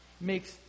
makes